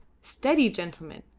steady, gentlemen!